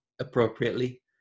appropriately